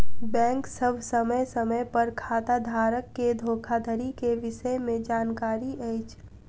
bank सभ समय समय पर खाताधारक के धोखाधड़ी के विषय में जानकारी अछि